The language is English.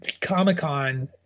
comic-con